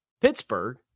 Pittsburgh